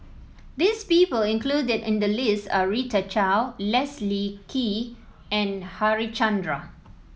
this people included in the list are Rita Chao Leslie Kee and Harichandra